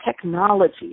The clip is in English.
technology